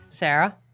Sarah